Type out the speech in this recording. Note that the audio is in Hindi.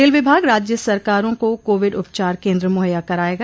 रेल विभाग राज्य सरकारों को कोविड उपचार केंद्र मुहैया कराएगा